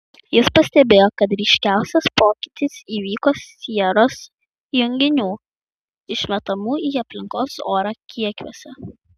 jis pastebėjo kad ryškiausias pokytis įvyko sieros junginių išmetamų į aplinkos orą kiekiuose